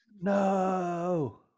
No